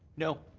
no.